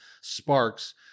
Sparks